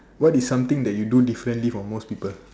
what is something that you do differently from most people